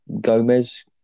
Gomez